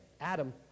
Adam